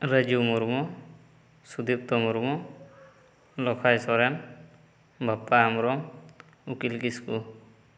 ᱨᱟᱹᱡᱩ ᱢᱩᱨᱢᱩ ᱥᱩᱫᱤᱯᱛᱚ ᱢᱩᱨᱢᱩ ᱞᱚᱠᱷᱟᱭ ᱥᱚᱨᱮᱱ ᱵᱟᱯᱯᱟ ᱦᱮᱢᱵᱨᱚᱢ ᱩᱠᱤᱞ ᱠᱤᱥᱠᱩ